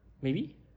maybe